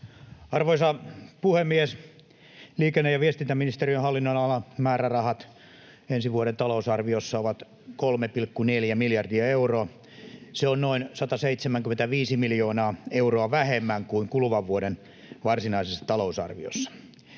Arvoisa puhemies! Liikenne‑ ja viestintäministeriön hallinnonalan määrärahat ensi vuoden talousarviossa ovat 3,4 miljardia euroa. Se on noin 175 miljoonaa euroa vähemmän kuin kuluvan vuoden varsinaisessa talousarviossa.